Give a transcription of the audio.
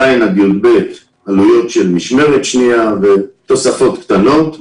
ז'-יב' עלויות של משמרת שניה ותוספות קטנות.